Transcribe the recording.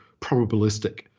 probabilistic